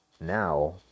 now